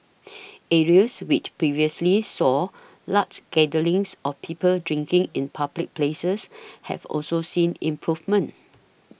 areas which previously saw large gatherings of people drinking in public places have also seen improvements